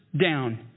down